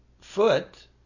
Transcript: foot